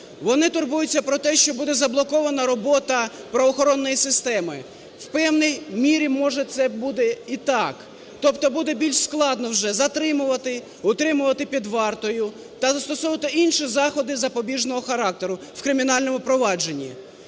Вони турбуються про те, що буде заблокована робота правоохоронної системи. В певній мірі, може це буде і так. Тобто буде більш складно вже затримувати, утримувати під вартою та застосовувати інші заходи запобіжного характеру, в кримінальному провадженні.